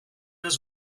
his